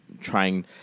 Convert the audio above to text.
trying